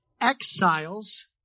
exiles